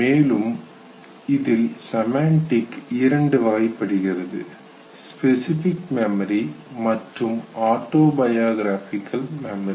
மேலும் இதில் செமண்டிக் இரண்டு வகைப்படுகிறது ஸ்பெசிபிக் மெமரி மற்றும் ஆட்டோபயோகிராபிகல் மெமரி